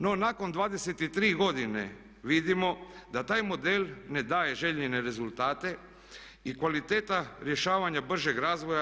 No, nakon 23 godine vidimo da taj model ne daje željene rezultate i kvalitetu rješavanja bržeg razvoja.